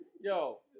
Yo